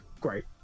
great